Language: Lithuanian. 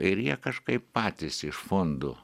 ir jie kažkaip patys iš fondų